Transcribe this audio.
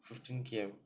fifteen K_M